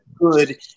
good